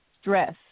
stress